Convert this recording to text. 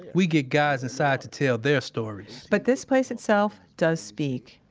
we get guys inside to tell their stories but this place itself does speak,